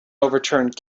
overturned